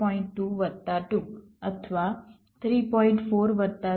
2 વત્તા 2 અથવા 3